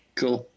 Cool